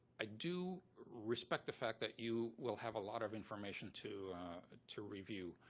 i do respect the fact that you will have a lot of information to to review.